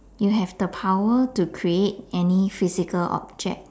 you have the power to create any physical object